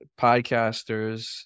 podcasters